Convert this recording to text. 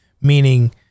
meaning